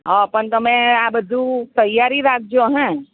હ પણ તમે આ બધું તૈયારી રાખજો હઁ